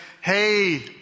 hey